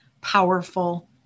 powerful